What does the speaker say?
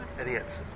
idiots